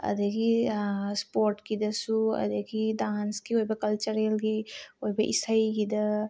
ꯑꯗꯨꯗꯒꯤ ꯁ꯭ꯄꯣꯔꯇꯀꯤꯗꯁꯨ ꯑꯗꯨꯗꯒꯤ ꯗꯥꯟꯁꯀꯤ ꯑꯣꯏꯕ ꯀꯜꯆꯔꯦꯜꯒꯤ ꯑꯣꯏꯕ ꯏꯁꯩꯒꯤꯗ